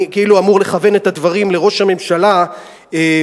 אני כאילו אמור לכוון את הדברים לראש הממשלה ולממשלתו,